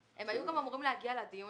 הם היו אמורים להגיע לדיון,